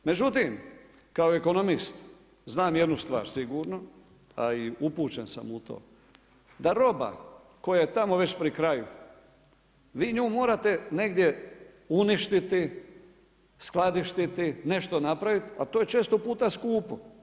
Međutim, kao ekonomist, znam jednu stvar sigurno, a i upućen sam u to, da roba koja je tamo već pri kraju, vi nju morate negdje uništiti, skladištiti, nešto napraviti, a to je često puta skupo.